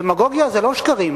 דמגוגיה זה לא שקרים,